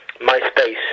MySpace